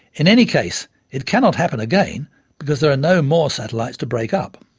in any case it cannot happen again because there are no more satellites to break up.